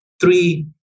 three